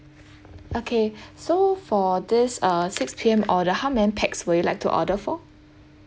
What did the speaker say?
okay so for this uh six P_M order how many pax will you like to order for